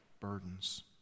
burdens